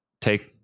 take